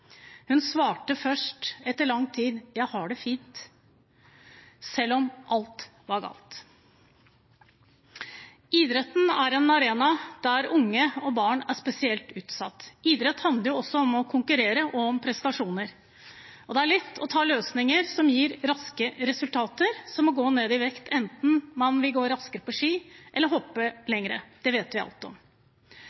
hun svarte først, etter lang tid: «Jeg har det fint» – selv om alt var galt. Idretten er en arena der unge og barn er spesielt utsatt. Idrett handler jo også om å konkurrere og om prestasjoner, og det er lett å ta løsninger som gir raske resultater, som å gå ned i vekt, enten man vil gå raskere på ski eller hoppe